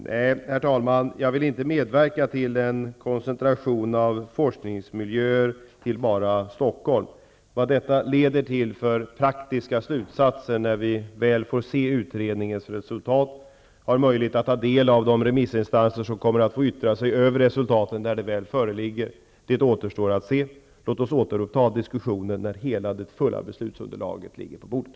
Herr talman! Nej, jag vill inte medverka till en koncentration av forskningsmiljöer till Stockholm. Vilka praktiska slutsatser detta leder till när vi väl får se utredningens resultat och har möjlighet att ta del av svaren från de remissinstanser som kommer att få yttra sig, återstår att se. Låt oss återuppta diskussionen när hela beslutsunderlaget ligger på bordet.